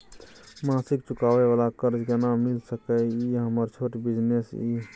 मासिक चुकाबै वाला कर्ज केना मिल सकै इ हमर छोट बिजनेस इ?